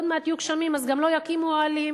עוד מעט יהיו גשמים אז גם לא יקימו אוהלים.